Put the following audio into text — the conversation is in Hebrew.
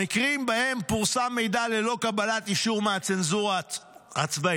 במקרים שבהם פורסם מידע ללא קבלת אישור מהצנזורה הצבאית,